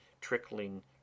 trickling